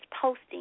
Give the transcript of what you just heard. posting